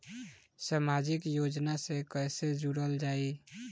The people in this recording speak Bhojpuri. समाजिक योजना से कैसे जुड़ल जाइ?